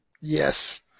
Yes